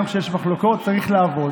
גם כשיש מחלוקות צריך לעבוד,